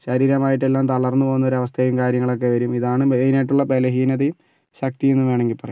ശാരീരികമായിട്ടെല്ലാം തളർന്നുപോകുന്ന ഒരു അവസ്ഥയും കാര്യങ്ങളൊക്കെ വരും ഇതാണ് മെയിൻ ആയിട്ട് ബലഹീനതയും ശക്തിയും എന്ന് വേണമെങ്കിൽ പറയാം